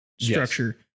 structure